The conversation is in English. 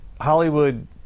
Hollywood